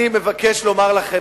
אני מבקש לומר לכם,